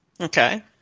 Okay